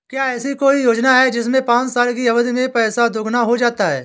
क्या ऐसी कोई योजना है जिसमें पाँच साल की अवधि में पैसा दोगुना हो जाता है?